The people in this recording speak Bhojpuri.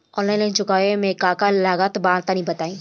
आनलाइन लोन चुकावे म का का लागत बा तनि बताई?